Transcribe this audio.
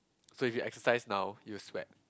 so if you exercise now you will sweat